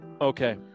Okay